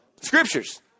Scriptures